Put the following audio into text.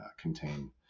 contain